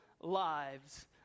lives